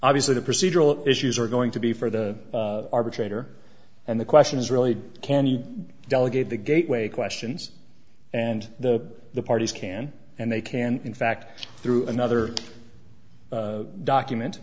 obviously the procedural issues are going to be for the arbitrator and the question is really can you delegate the gateway questions and though the parties can and they can in fact through another document